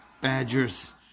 badgers